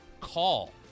call